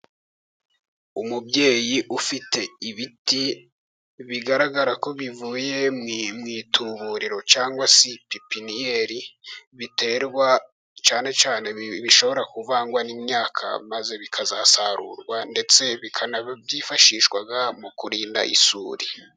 Umubyeyi ufite ibiti, bigaragarako bivuye mu ituburiro, cyangwa se pipiniyeri, biterwa cyane cyane, bishobora kuvangwa nimyaka, maze bikazasarurwa ndetse bikanifashishwa mu kurinda isuri.